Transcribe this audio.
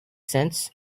sense